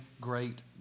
great